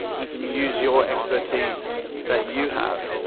you can use your expertise that you have,